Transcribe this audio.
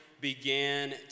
began